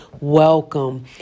welcome